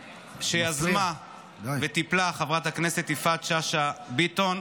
שיזמה וטיפלה חברת הכנסת יפעת שאשא ביטון,